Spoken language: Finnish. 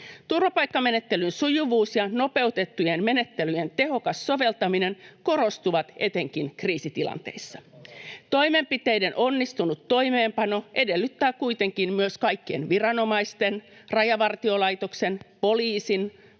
Turvapaikkamenettelyn sujuvuus ja nopeutettujen menettelyjen tehokas soveltaminen korostuvat etenkin kriisitilanteissa. [Petri Huru: Entäs palautukset?] Toimenpiteiden onnistunut toimeenpano edellyttää kuitenkin myös kaikkien viranomaisten — Rajavartiolaitoksen, poliisin,